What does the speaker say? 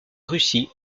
russie